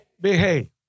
behave